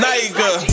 Niger